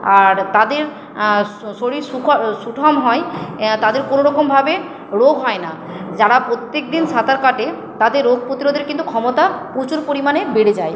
আর তাদের শরীর সুঠাম হয় তাদের কোনো রকমভাবে রোগ হয় না যারা প্রত্যেক দিন সাঁতার কাটে তাদের রোগ প্রতিরোধের কিন্তু ক্ষমতা প্রচুর পরিমাণে বেড়ে যায়